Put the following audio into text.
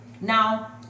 Now